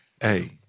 Hey